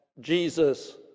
Jesus